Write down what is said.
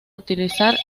utilizar